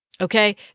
Okay